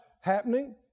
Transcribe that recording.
happening